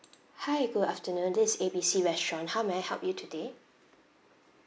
hi good afternoon this is A B C restaurant how may I help you today